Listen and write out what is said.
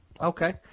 Okay